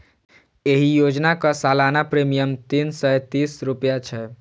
एहि योजनाक सालाना प्रीमियम तीन सय तीस रुपैया छै